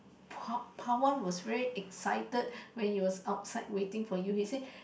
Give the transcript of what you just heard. Pawan was very excited when you was outside waiting for you he say